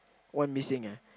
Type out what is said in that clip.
one missing ah